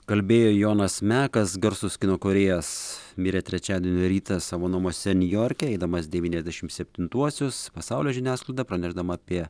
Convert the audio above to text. kalbėjo jonas mekas garsus kino kūrėjas mirė trečiadien rytą savo namuose niujorke eidamas devyniasdešim septintuosius pasaulio žiniasklaida pranešdama apie